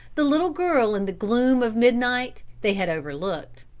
the little girl in the gloom of midnight they had overlooked.